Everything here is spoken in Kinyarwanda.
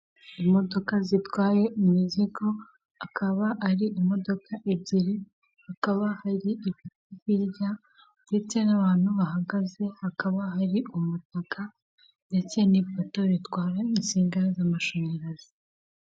Imodoka zitwaye imizigo, akaba ari imodoka ebyeri. Hakaba hari ibiti byiza ndetse n'abantu bahagaze, hakaba hari umutaka ndetse n'ipoto ritwara insinga z'amashanyarazi.